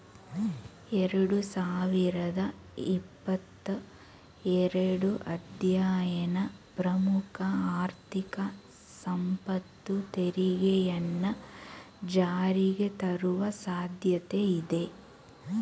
ಎರಡು ಸಾವಿರದ ಇಪ್ಪತ್ತ ಎರಡು ಅಧ್ಯಯನ ಪ್ರಮುಖ ಆರ್ಥಿಕ ಸಂಪತ್ತು ತೆರಿಗೆಯನ್ನ ಜಾರಿಗೆತರುವ ಸಾಧ್ಯತೆ ಇದೆ